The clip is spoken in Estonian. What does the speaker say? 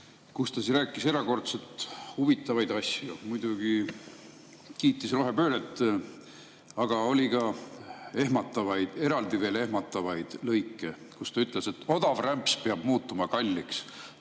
kus ta rääkis erakordselt huvitavaid asju. Muidugi ta kiitis rohepööret, aga seal oli veel eraldi ehmatavaid lõike, kus ta ütles, et odav rämps peab muutuma kalliks